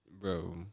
Bro